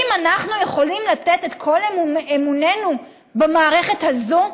האם אנחנו יכולים לתת את כל אמוננו במערכת הזו?